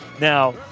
now